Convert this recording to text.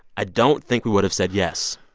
i don't think we would have said yes.